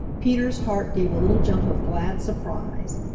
peter's heart gave a little jump of glad surprise.